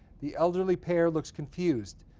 the elderly pair looks confused.